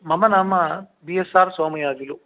मम नाम B S R Somayajulu